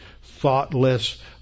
thoughtless